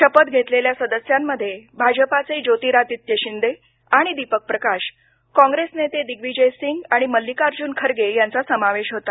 शपथ घेतलेल्या सदस्यांमध्ये भाजपाचे ज्योतिरादित्य शिंदे आणि दीपक प्रकाश कॉंग्रेस नेते दिग्विजय सिंग आणि मल्लिकार्जुन खर्गे यांचा समावेश होता